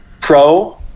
Pro